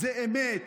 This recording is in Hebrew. זה אמת.